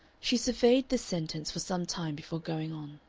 she surveyed this sentence for some time before going on.